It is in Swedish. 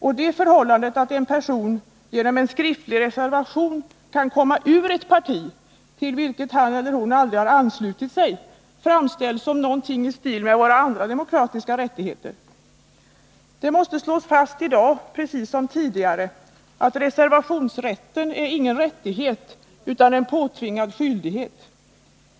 Och det förhållandet, att en person genom en skriftlig reservation kan komma ur ett parti till vilket han eller hon aldrig har anslutit sig, framställs som något i stil med våra andra demokratiska rättigheter. Det måste slås fast, i dag precis som tidigare, att reservationsrätten inte är en rättighet utan en påtvingad skyldighet.